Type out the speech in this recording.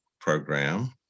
program